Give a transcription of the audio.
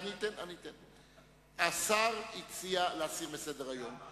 השר הציע להסיר מסדר-היום.